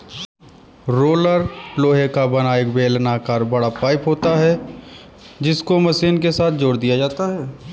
roller लोहे का बना एक बेलनाकर बड़ा पाइप होता है जिसको मशीन के साथ जोड़ दिया जाता है